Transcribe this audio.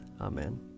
Amen